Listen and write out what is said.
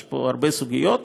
יש פה הרבה סוגיות.